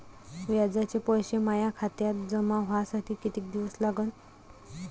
व्याजाचे पैसे माया खात्यात जमा व्हासाठी कितीक दिवस लागन?